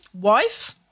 Wife